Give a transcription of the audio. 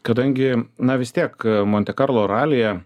kadangi na vis tiek monte karlo ralyje